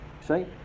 see